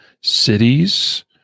cities